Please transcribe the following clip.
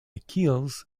achilles